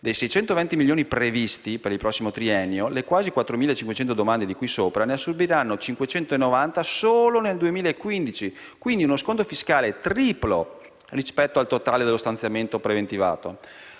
Dei 620 milioni di euro previsti per il prossimo triennio, le quasi 4.500 domande di cui sopra ne assorbiranno circa 590 solo nel 2015, ovvero uno sconto fiscale triplo rispetto al totale dello stanziamento preventivato.